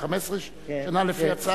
יהיה 15 שנה לפי ההצעה?